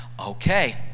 okay